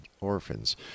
orphans